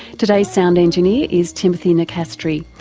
today's sound engineer is timothy nicastri,